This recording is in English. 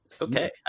Okay